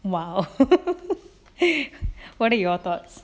!wow! !hey! what are your thoughts